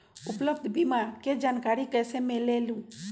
उपलब्ध बीमा के जानकारी कैसे मिलेलु?